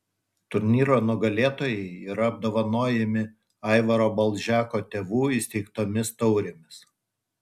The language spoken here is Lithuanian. turnyro nugalėtojai yra apdovanojami aivaro balžeko tėvų įsteigtomis taurėmis